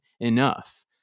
enough